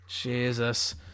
Jesus